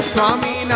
Swami